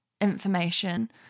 information